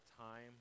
time